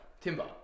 timber